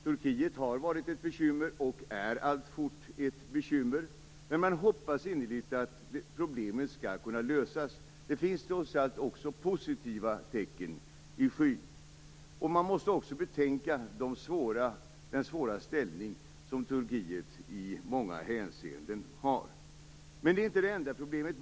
Turkiet har varit ett bekymmer och är alltfort ett bekymmer. Men man hoppas innerligt att problemet skall kunna lösas. Det finns trots allt också positiva tecken i skyn. Man måste också betänka den svåra ställning som Turkiet i många hänseenden har. Men det är inte det enda problemet.